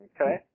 Okay